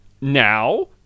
Now